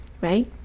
right